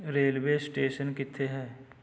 railway station ਕਿੱਥੇ ਹੈ